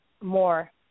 more